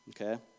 okay